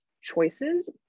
choices